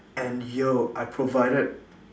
and yo I provided